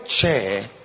chair